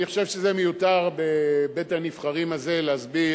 אני חושב שזה מיותר בבית-הנבחרים הזה להסביר